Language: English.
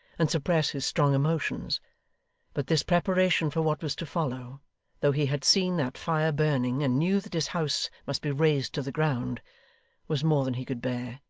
and suppress his strong emotions but this preparation for what was to follow though he had seen that fire burning, and knew that his house must be razed to the ground was more than he could bear.